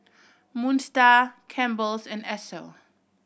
Moon Star Campbell's and Esso